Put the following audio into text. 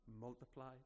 multiplied